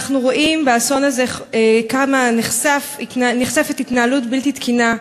אנחנו רואים באסון הזה כמה נחשפת התנהלות בלתי תקינה,